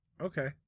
Okay